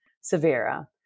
Severa